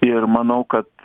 ir manau kad